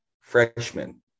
Freshman